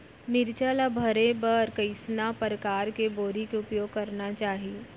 मिरचा ला भरे बर कइसना परकार के बोरी के उपयोग करना चाही?